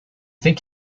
think